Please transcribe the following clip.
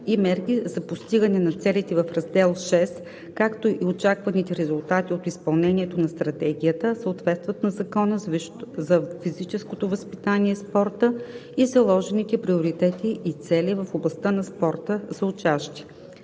и мерки за постигане на целите в Раздел VІ, както и очакваните резултати от изпълнението на Стратегията съответстват на Закона за физическото възпитание и спорта и заложените приоритети и цели в областта на спорта за учащи.